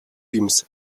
юмс